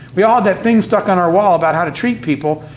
we all that things stuck on our wall about how to treat people,